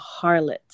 harlot